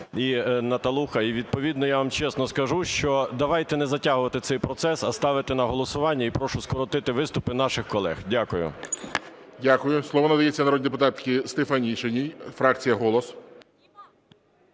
і Наталуха, і відповідно я вам чесно скажу, що давайте не затягувати цей процес, а ставити на голосування. І прошу скоротити виступи наших колег. Дякую. ГОЛОВУЮЧИЙ. Дякую. Слово надається народній депутатці Стефанишиній, фракція "Голос".